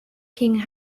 king